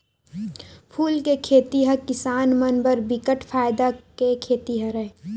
फूल के खेती ह किसान मन बर बिकट फायदा के खेती हरय